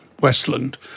Westland